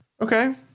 Okay